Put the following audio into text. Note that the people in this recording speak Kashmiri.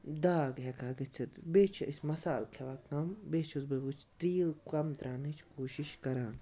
داغ ہٮ۪کان گٔژھِتھ بیٚیہِ چھِ أسۍ مَصال کھٮ۪وان کَم بیٚیہِ چھُس بہٕ وٕچھ تیٖل کَم ترٛاونٕچ کوٗشِش کَران